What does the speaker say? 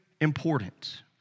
important